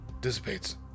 dissipates